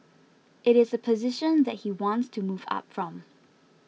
it is a position that he wants to move up from